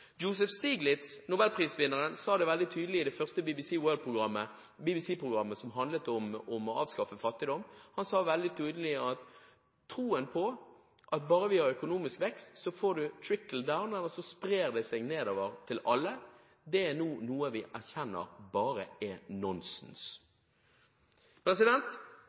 helt feil. Nobelprisvinneren Joseph Stiglitz sa det veldig tydelig i det første BBC-programmet som handlet om å avskaffe fattigdom. Han sa veldig tydelig at troen på at bare man har økonomisk vekst, så får man en «trickle down»-effekt, altså at veksten sprer seg nedover til alle, nå er noe vi erkjenner bare er nonsens!